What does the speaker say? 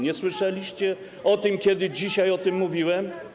Nie słyszeliście tego, kiedy dzisiaj o tym mówiłem?